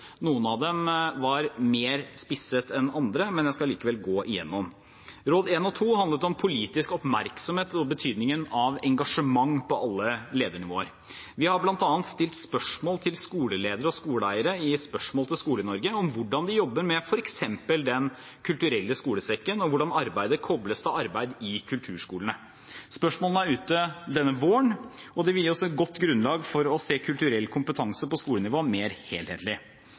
Noen av dem var mer spisset enn andre, men jeg skal likevel gå igjennom dem. Råd 1 og 2 handler om politisk oppmerksomhet og betydningen av engasjement på alle ledernivå. Vi har bl.a. stilt spørsmål til skoleledere og skoleeiere i Spørsmål til Skole-Norge om hvordan de jobber med f.eks. Den kulturelle skolesekken, og hvordan arbeidet kobles til arbeid i kulturskolene. Spørsmålene er ute denne våren og vil gi oss et godt grunnlag for å se kulturell kompetanse på skolenivå mer helhetlig.